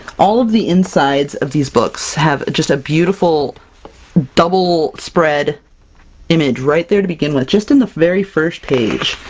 all of the insides of these books have just a beautiful double spread image right there to begin with. just in the very first page!